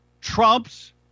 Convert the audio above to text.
Trump's